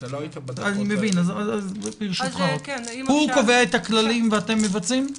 הוא קובע את הכללים ואתם מבצעים?